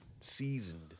seasoned